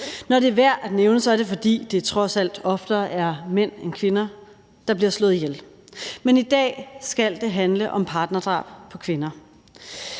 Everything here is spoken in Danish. Når det er værd at nævne, er det, fordi det er trods alt oftere er mænd end kvinder, der bliver slået ihjel, men i dag skal det handle om partnerdrab på kvinder.